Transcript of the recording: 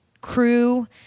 crew